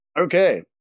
Okay